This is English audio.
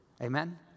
Amen